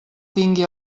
tingui